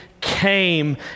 came